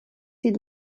die